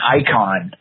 icon